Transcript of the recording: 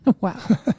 Wow